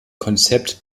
konzept